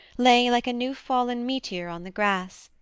lay like a new-fallen meteor on the grass,